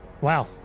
Wow